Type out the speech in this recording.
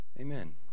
Amen